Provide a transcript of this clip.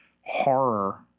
horror